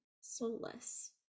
soulless